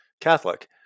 Catholic